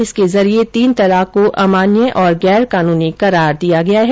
इसके जरिये तीन तलाक को अमान्य और गैर कानूनी करार दिया गया है